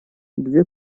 две